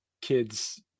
kids –